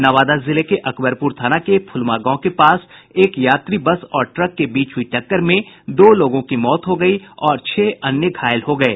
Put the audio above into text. नवादा जिले के अकबरप्र थाना के फुलमा गांव के पास एक यात्री बस और ट्रक के बीच हुयी टक्कर में दो लोगों की मौत हो गयी और छह अन्य घायल हो गये